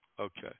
Okay